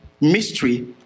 mystery